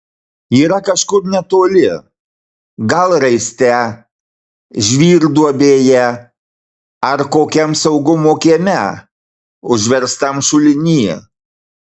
yra kažkur netoli gal raiste žvyrduobėje ar kokiam saugumo kieme užverstam šuliny